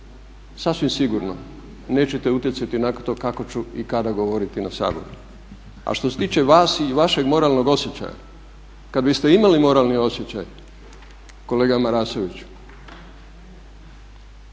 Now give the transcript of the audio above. sasvim sigurno nećete utjecati na to kako ću i kada govoriti na Saboru. A što se tiče vas i vašeg moralnog osjećaja, kad biste imali moralni osjećaj kolega Marasoviću